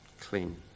clean